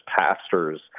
pastors